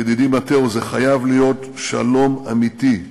ידידי מתאו, זה חייב להיות שלום אמיתי,